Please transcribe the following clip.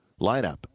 lineup